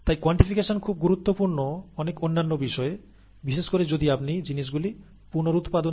তাই কোয়ান্টিফিকেশন খুব গুরুত্বপূর্ণ অনেক অন্যান্য বিষয়ে বিশেষ করে যদি আপনি জিনিসগুলি পুনরুৎপাদনযোগ্য ভাবে করতে চান